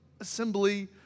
assembly